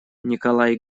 николай